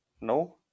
No